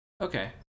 okay